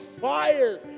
fire